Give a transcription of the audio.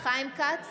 חיים כץ,